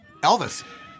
Elvis